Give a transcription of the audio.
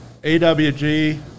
AWG